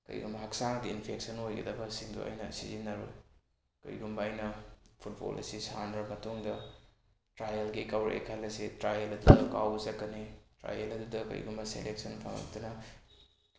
ꯀꯩꯒꯨꯝꯕ ꯍꯛꯆꯥꯡꯒꯤ ꯏꯟꯐꯦꯛꯁꯟ ꯑꯣꯏꯒꯗꯕꯁꯤꯡꯗꯣ ꯑꯩꯅ ꯁꯤꯖꯤꯟꯅꯔꯣꯏ ꯀꯔꯤꯒꯨꯝꯕ ꯑꯩꯅ ꯐꯨꯠꯕꯣꯜ ꯑꯁꯤ ꯁꯥꯟꯅꯔ ꯃꯇꯨꯡꯗ ꯇ꯭ꯔꯥꯏꯜꯒꯤ ꯀꯧꯔꯛꯑꯦ ꯈꯜꯂꯁꯤ ꯇ꯭ꯔꯥꯏꯜ ꯑꯗꯨꯗ ꯀꯥꯎꯕ ꯆꯠꯀꯅꯤ ꯇ꯭ꯔꯥꯏꯜ ꯑꯗꯨꯗ ꯀꯔꯤꯒꯨꯝꯕ ꯁꯦꯂꯦꯛꯁꯟ ꯐꯪꯉꯛꯇꯅ